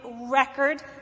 record